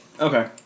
Okay